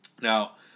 Now